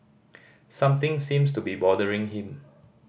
something seems to be bothering him